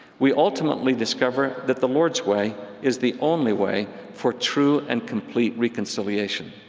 we ultimately discover that the lord's way is the only way for true and complete reconciliation.